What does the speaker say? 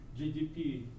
GDP